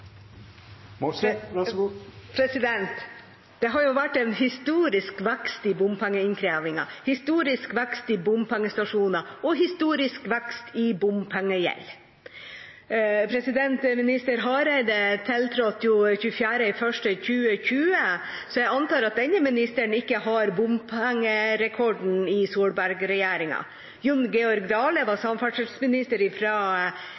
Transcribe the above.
Det har vært en historisk vekst i bompengeinnkreving, historisk vekst i bompengestasjoner og historisk vekst i bompengegjeld. Minister Hareide tiltrådte 24. januar 2020, så jeg antar at denne ministeren ikke har bompengerekorden i Solberg-regjeringa. Jon Georg Dale var